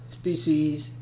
species